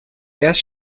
erst